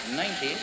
90